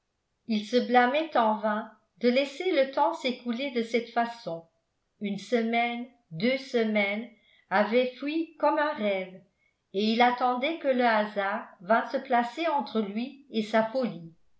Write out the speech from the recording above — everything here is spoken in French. il se blâmait eu vain de laisser le temps s'écouler de cette façon une semaine deux semaines avaient fui comme un rêve et il attendait que le hasard vînt se placer entre lui et sa folie